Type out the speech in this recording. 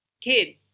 kid